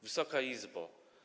Wysoka Izbo!